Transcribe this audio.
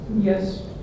Yes